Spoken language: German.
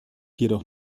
jedoch